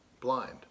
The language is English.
blind